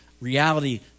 reality